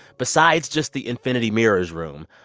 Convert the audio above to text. besides just the infinity mirrors room,